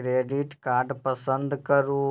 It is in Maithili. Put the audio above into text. क्रेडिट कार्ड पसंद करू